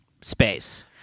space